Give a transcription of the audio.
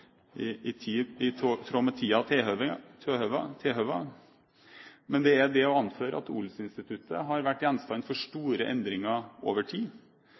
tråd med tida og tilhøva. Til det er det å anføre at odelsinstituttet har vært gjenstand for store endringer over tid.